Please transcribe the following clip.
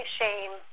shame